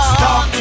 Stop